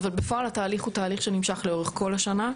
אבל בפועל התהליך הוא תהליך שנמשך לאורך כל השנה,